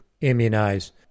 immunize